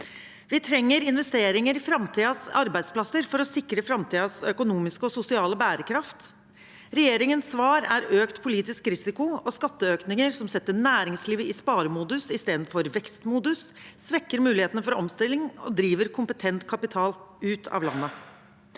Vi trenger investeringer i framtidens arbeidsplasser for å sikre framtidens økonomiske og sosiale bærekraft. Regjeringens svar er økt politisk risiko og skatteøkninger som setter næringslivet i sparemodus istedenfor vekst modus, svekker mulighetene for omstilling og driver kompetent kapital ut av landet.